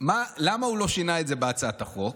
למה הוא לא שינה את זה בהצעת החוק?